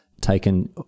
taken